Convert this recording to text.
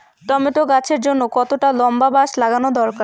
Tomato গাছের জন্যে কতটা লম্বা বাস লাগানো দরকার?